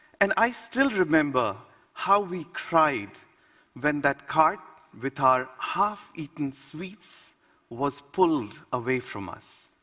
and i still remember how we cried when that cart with our half-eaten sweets was pulled away from us.